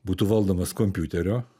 būtų valdomas kompiuterio